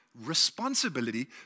responsibility